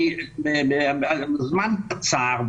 הזמן קצר,